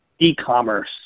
e-commerce